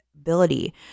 ability